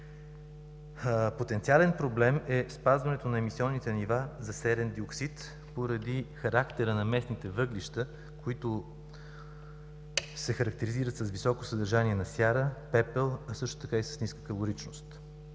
Потенциален проблем е спазването на емисионните нива за серен диоксид поради характера на местните въглища, които се характеризират с високо съдържание на сяра, пепел, а също така и с ниска калоричност.